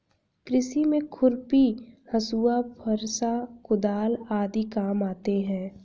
कृषि में खुरपी, हँसुआ, फरसा, कुदाल आदि काम आते है